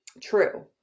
true